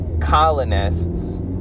colonists